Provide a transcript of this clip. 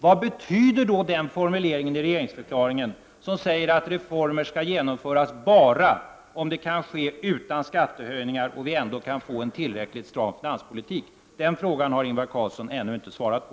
Vad betyder den formulering i regeringsförklaringen som säger att reformer skall genomföras bara om det kan ske utan skattehöjningar och vi ändå kan få en tillräckligt stram finanspolitik? Den frågan har Ingvar Carlsson ännu inte svarat på.